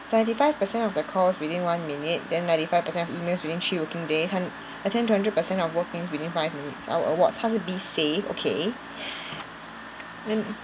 seventy five percent of the calls within one minute then ninety five percent of emails within three working days at~ attend to hundred percent of walk-ins within five minutes our awards 他是 bizsafe okay then